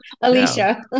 Alicia